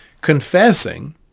Confessing